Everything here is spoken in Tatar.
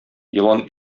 елан